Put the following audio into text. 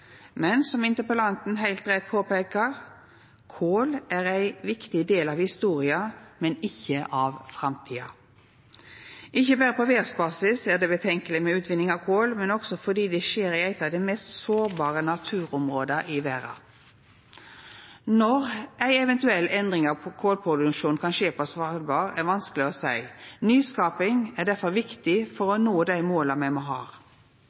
Men som interpellanten heilt rett påpeikar: Kol er ein viktig del av historia, men ikkje av framtida. Ikkje berre på verdsbasis er det problematisk med utvinning av kol, men også fordi det skjer i eit av dei mest sårbare naturområda i verda. Når ei eventuell endring av kolproduksjonen på Svalbard kan skje, er vanskeleg å seia. Nyskaping er difor viktig for å nå dei måla me